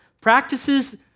Practices